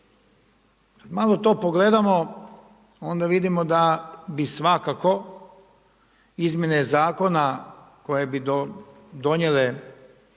Kad malo to pogledamo onda vidimo da bi svakako izmjene zakona koje bi donijele